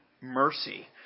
mercy